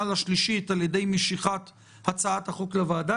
והשלישית על ידי משיכת הצעת החוק לוועדה,